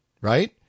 Right